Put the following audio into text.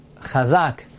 Chazak